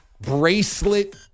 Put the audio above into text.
Bracelet